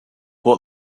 what